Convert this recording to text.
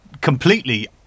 completely